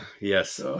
Yes